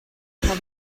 have